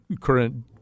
current